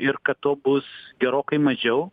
ir kad to bus gerokai mažiau